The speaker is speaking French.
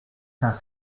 cinq